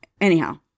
Anyhow